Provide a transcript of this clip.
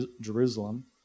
Jerusalem